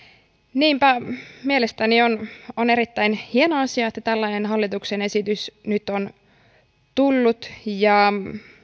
niinpä mielestäni on on erittäin hieno asia että tällainen hallituksen esitys nyt on tullut ja